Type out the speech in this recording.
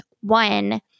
One